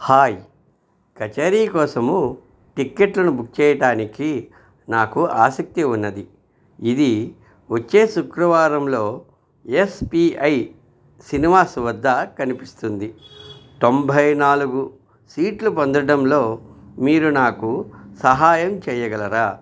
hi కచేరీ కోసము టిక్కెట్లను బుక్ చేయడానికి నాకు ఆసక్తి ఉన్నది ఇది వచ్చే శుక్రవారంలో ఎస్ పీ ఐ సినిమాస్ వద్ద కనిపిస్తుంది తొంభై నాలుగు సీట్లు పొందడంలో మీరు నాకు సహాయం చేయగలరా